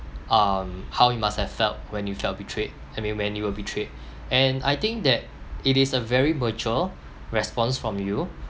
um how you must have felt when you felt betrayed I mean when you were betrayed and I think that it is a very mature response from you